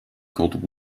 called